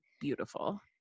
beautiful